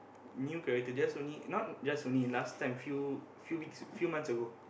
new character just only now just only last time few few weeks few months ago